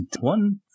one